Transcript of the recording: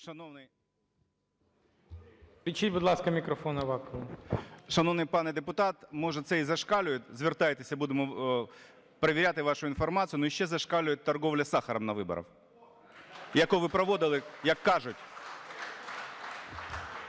Шановний пане депутат, може це і зашкалює, звертайтеся, будемо перевіряти вашу інформацію. Ну, і ще зашкалює торгівля сахаром на виборах, яку ви проводили, як кажуть.